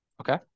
Okay